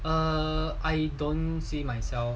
err I don't see myself